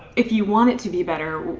if you want it to be better,